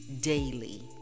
daily